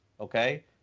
Okay